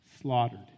slaughtered